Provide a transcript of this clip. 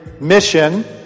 mission